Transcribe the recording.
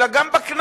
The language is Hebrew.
אלא גם בכנסת.